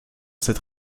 cette